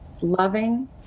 loving